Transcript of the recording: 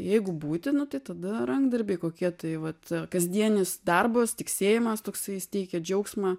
jeigu būtina tai tada rankdarbiai kokie tai vat kasdienis darbas tiksėjimas toksai jis teikia džiaugsmą